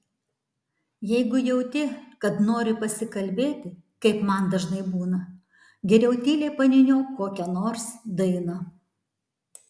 jeigu jauti kad nori pasikalbėti kaip man dažnai būna geriau tyliai paniūniuok kokią nors dainą